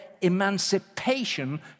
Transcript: emancipation